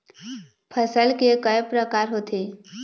फसल के कय प्रकार होथे?